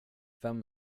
vem